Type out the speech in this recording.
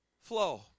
Flow